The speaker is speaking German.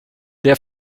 der